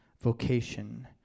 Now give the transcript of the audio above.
vocation